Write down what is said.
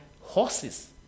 horses